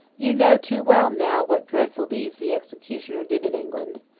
you know too well, now, what dreadful deeds the executioner did in england,